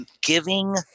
giving